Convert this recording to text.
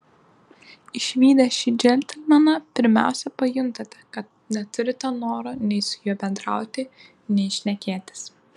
išvydę šį džentelmeną pirmiausia pajuntate kad neturite noro nei su juo bendrauti nei šnekėtis